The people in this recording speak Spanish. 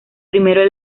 primero